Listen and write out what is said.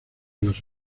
las